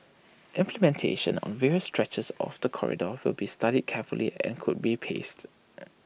implementation on various stretches of the corridor will be studied carefully and could be paced